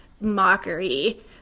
mockery